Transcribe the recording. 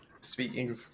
speaking